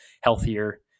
healthier